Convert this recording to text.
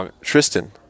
Tristan